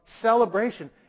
celebration